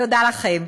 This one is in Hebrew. תודה לכם.